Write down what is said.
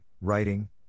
writing